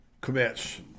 commits